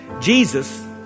Jesus